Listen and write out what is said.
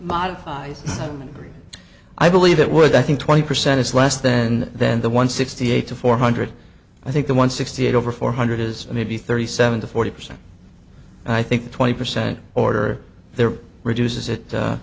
modifies i believe that would i think twenty percent is less than than the one sixty eight to four hundred i think the one sixty eight over four hundred is maybe thirty seven in the forty percent i think twenty percent order there reduces it